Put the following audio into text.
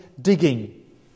digging